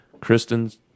Kristen's